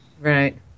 Right